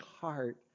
heart